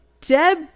deb